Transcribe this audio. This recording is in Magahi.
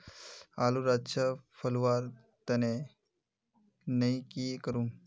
आलूर अच्छा फलवार तने नई की करूम?